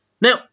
Now